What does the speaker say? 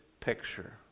picture